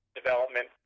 development